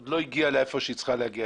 עוד לא הגיעה להיכן שהיא צריכה להגיע,